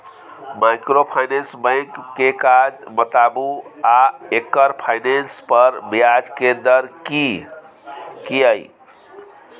Microfinance bank के काज बताबू आ एकर फाइनेंस पर ब्याज के दर की इ?